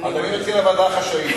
אז אני מציע להעביר לוועדה החשאית.